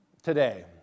Today